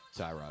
Tyrod